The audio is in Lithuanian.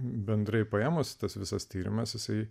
bendrai paėmus tas visas tyrimas jisai